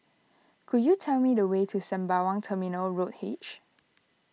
could you tell me the way to Sembawang Terminal Road H